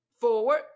forward